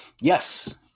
Yes